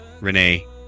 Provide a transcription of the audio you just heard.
Renee